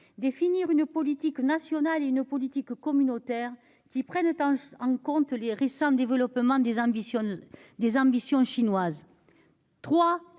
définir une politique nationale et une politique communautaire qui prennent en compte les récents développements des ambitions chinoises.